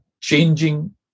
changing